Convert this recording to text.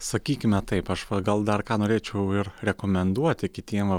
sakykime taip aš va gal dar norėčiau ir rekomenduoti kitiem va